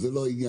זה לא העניין.